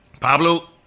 Pablo